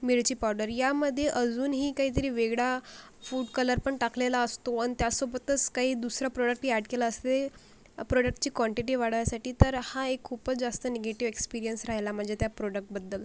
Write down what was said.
मिरची पावडर यामध्ये अजूनही काहीतरी वेगळा फूड कलरपण टाकलेला असतो आणि त्यासोबतच काही दुसरा प्रॉडक्टही ॲड केला असते प्रोडक्टची क्वान्टिटी वाढवायसाठी तर हा एक खूपच जास्त निगेटिव्ह एक्सपिरिअन्स राहिला म्हणजे त्या प्रॉडक्टबद्दल